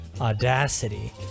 Audacity